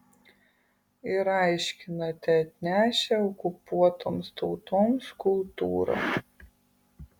ir aiškinate atnešę okupuotoms tautoms kultūrą